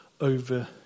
over